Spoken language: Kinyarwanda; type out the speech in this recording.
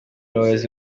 ubuyobozi